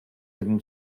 hidden